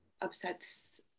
upsets